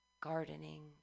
gardening